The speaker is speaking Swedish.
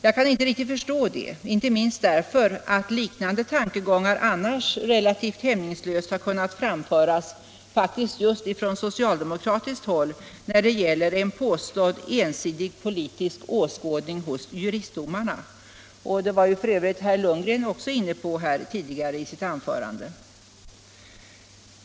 Jag kan inte riktigt förstå det, allra minst som liknande tankegångar annars relativt hämningslöst har kunnat framföras just från socialdemokratiskt håll, dvs. när det gällt en påstådd ensidig politisk åskådning hos juristdomarna. Det var f.ö. även herr Lundgren inne på i sitt anförande.